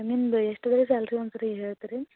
ನಿಮ್ದು ಎಷ್ಟು ಇದೆ ಸ್ಯಾಲ್ರಿ ಒಂದುಸರಿ ಹೇಳ್ತಿರಿ